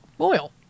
oil